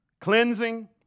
cleansing